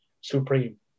supreme